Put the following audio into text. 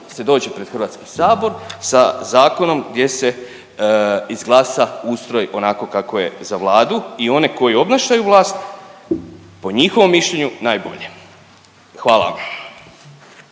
se dođe pred HS sa zakonom gdje se izglasa ustroj onako kako je za Vladu i one koji obnašaju vlast po njihovom mišljenju najbolje. Hvala vam.